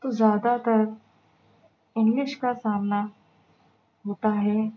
تو زیادہ تر انگلش کا سامنا ہوتا ہے